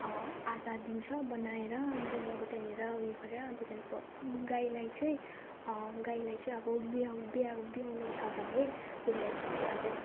आँटा दिन्छ बनाएर अनि त्यहाँदेखिको त्यहाँनिर उयो गरेर अनि त्यहाँदेखिको गाईलाई चाहिँ गाईलाई चाहिँ अब ब्या ब्याउ ब्याउनु छ भने त्यसलाई के के अब